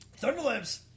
Thunderlips